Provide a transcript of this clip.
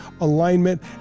alignment